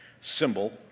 symbol